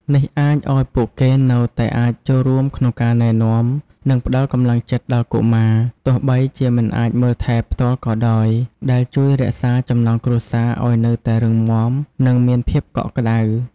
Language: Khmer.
នេះអាចឱ្យពួកគេនៅតែអាចចូលរួមក្នុងការណែនាំ និងផ្ដល់កម្លាំងចិត្តដល់កុមារ ទោះបីជាមិនអាចមើលថែផ្ទាល់ក៏ដោយ ដែលជួយរក្សាចំណងគ្រួសារឱ្យនៅតែរឹងមាំ និងមានភាពកក់ក្ដៅ។